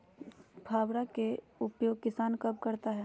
फावड़ा का उपयोग किसान कब करता है?